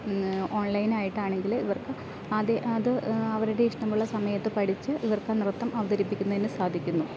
ഓൺലൈനായിട്ട് ആണെങ്കിൽ ഇവർക്ക് ആദ്യം അത് അവരുടെ ഇഷ്ടമുള്ള സമയത്ത് പഠിച്ച് ഇവർക്ക് നൃത്തം അവതരിപ്പിക്കുന്നതിന് സാധിക്കുന്നു